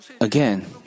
again